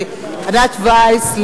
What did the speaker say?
לענת וייס,